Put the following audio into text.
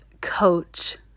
coach